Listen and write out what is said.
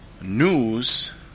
news